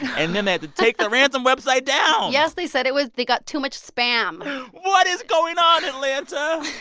and then they had to take the ransom website down yes, they said it was they got too much spam what is going on, atlanta?